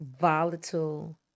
volatile